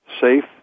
safe